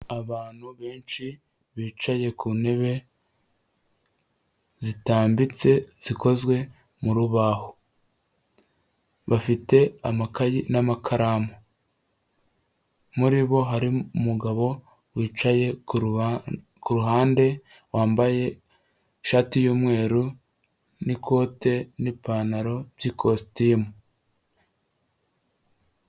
Abantu benshi bicaye ku ntebe zitambitse zikozwe mu rubaho, bafite amakaye n'amakaramu, muri bo hari umugabo wicaye ku ruhande wambaye ishati y'umweru n'ikote n'ipantaro by'ikositime.